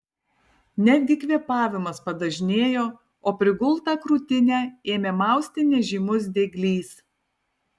netgi kvėpavimas padažnėjo o prigultą krūtinę ėmė mausti nežymus dieglys